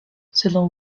selon